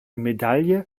medaille